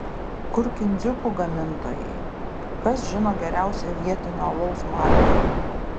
kur kindziukų gamintojai kas žino geriausią vietinio alaus markę